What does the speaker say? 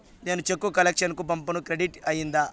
నేను చెక్కు ను కలెక్షన్ కు పంపాను క్రెడిట్ అయ్యిందా